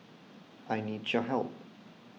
I need your help